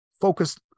focused